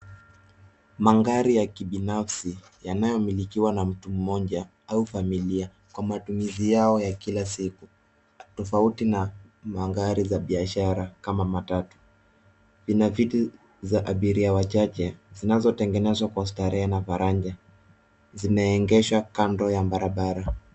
Magari ya kibinafsi yanayomilikiwa na mtu mmoja au familia kwa matumizi yao ya kila siku. Tofauti na magari za biashara kama matatu. Ina viti za abiria wachache zinazotengenezwa kwa starehe na faraja; zimeegeshwa kando na barabara.